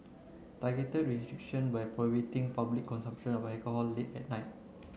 targeted restriction by public consumption of alcohol late at night